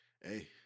Hey